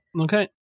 Okay